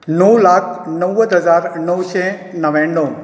णव लाख णव्वद हजार णवशें णव्याण णव